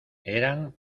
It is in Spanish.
eran